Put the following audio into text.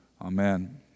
Amen